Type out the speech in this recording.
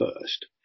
first